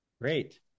great